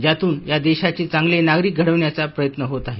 ज्यातून या देशाचे चांगले नागरिक घडवण्याचा प्रयत्न होत आहे